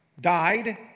Died